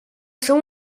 som